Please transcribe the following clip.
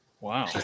Wow